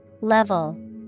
Level